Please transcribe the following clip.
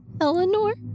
Eleanor